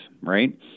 right